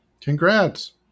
Congrats